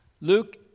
Luke